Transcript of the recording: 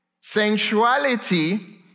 Sensuality